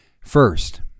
First